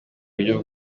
buryo